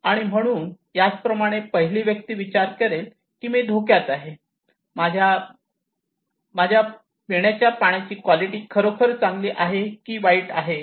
आणि म्हणून याचप्रमाणे पहिली व्यक्ती विचार करेल मी धोक्यात आहे माझ्या पिण्याच्या पाण्याची क्वालिटी खरोखर चांगली आहे की वाईट आहे